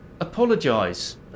Apologise